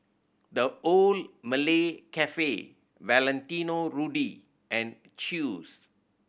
The Old Malay Cafe Valentino Rudy and Chew's